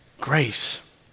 grace